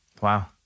Wow